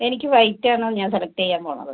എനിക്ക് വൈറ്റ് ആണ് ഞാൻ സെലക്റ്റ് ചെയ്യാൻ പോണത്